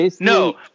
no